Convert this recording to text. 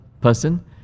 person